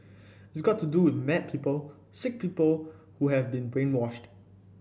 it's got to do with mad people sick people who have been brainwashed